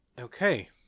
okay